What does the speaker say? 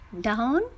down